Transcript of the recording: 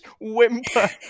whimper